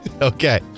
Okay